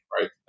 right